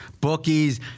Bookies